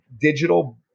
digital